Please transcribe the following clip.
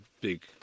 big